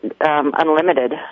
unlimited